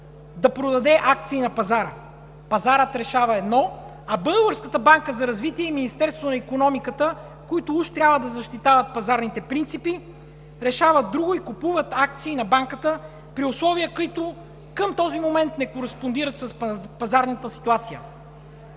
да продаде акции на пазара. Пазарът решава едно, а Българската банка за развитие и Министерството на икономиката, които уж трябва да защитават пазарните принципи, решават друго и купуват акции на банката при условия, които към този момент не кореспондират с пазарната ситуация.